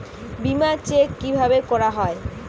বিমা চেক কিভাবে করা হয়?